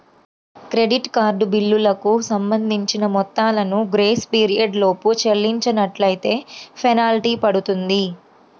credit card బిల్లులకు సంబంధించిన మొత్తాలను గ్రేస్ పీరియడ్ లోపు చెల్లించనట్లైతే ఫెనాల్టీ పడుతుంది